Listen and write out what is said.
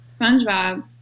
SpongeBob